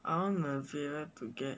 I want my pay to get